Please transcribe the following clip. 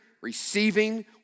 receiving